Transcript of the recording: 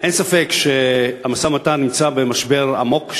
אין ספק שהמשא-ומתן נמצא במשבר עמוק,